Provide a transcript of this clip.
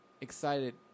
excited